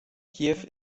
kiew